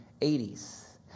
80s